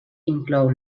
inclou